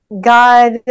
God